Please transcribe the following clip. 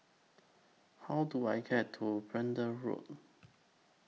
How Do I get to Braddell Road